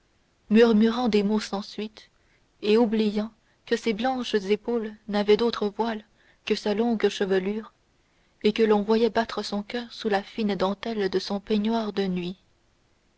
murmurant des mots sans suite et oubliant que ses blanches épaules n'avaient d'autre voile que sa longue chevelure et que l'on voyait battre son coeur sous la fine dentelle de peignoir de nuit